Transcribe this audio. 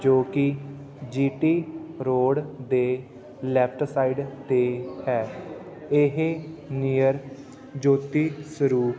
ਜੋ ਕਿ G T road ਦੇ ਲੈਫਟ ਸਾਈਡ 'ਤੇ ਹੈ ਇਹ ਨੀਅਰ ਜੋਤੀ ਸਰੂਪ